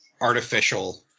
artificial